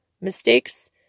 Mistakes